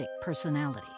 personality